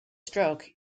stroke